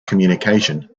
communication